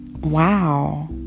wow